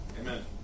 Amen